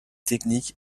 technique